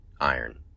iron